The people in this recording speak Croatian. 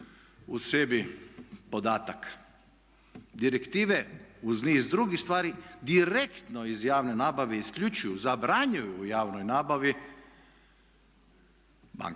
u sebi podatak, direktive uz niz drugih stvari direktno iz javne nabave isključuju, zabranjuju u javnoj nabavi banke.